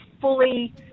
fully